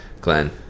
Glenn